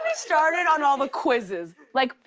ah started on all the quizzes. like,